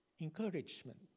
encouragement